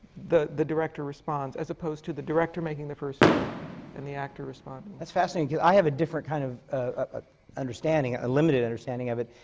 the the director responds, as opposed to the director making the first stroke and the actor responding. that's fascinating, because i have a different kind of ah limited limited understanding of it,